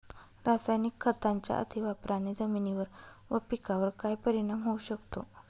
रासायनिक खतांच्या अतिवापराने जमिनीवर व पिकावर काय परिणाम होऊ शकतो?